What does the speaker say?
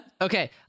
Okay